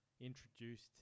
introduced